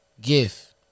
Gift